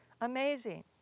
Amazing